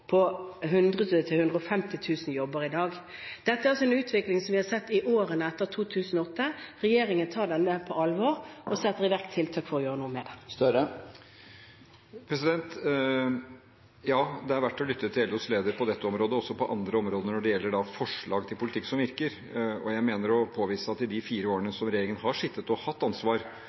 på 100.000–150.000 jobber i dag.» Dette er en utvikling som vi har sett i årene etter 2008. Regjeringen tar denne på alvor og setter i verk tiltak for å gjøre noe med det. Ja, det er verdt å lytte til LOs leder på dette området og på andre områder når det gjelder forslag til politikk som virker. Jeg mener å påvise at i de fire årene som regjeringen har sittet og hatt ansvar,